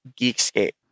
geekscape